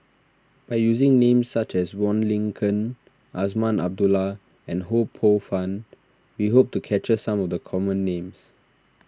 by using names such as Wong Lin Ken Azman Abdullah and Ho Poh Fun we hope to capture some of the common names